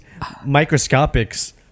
microscopics